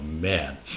man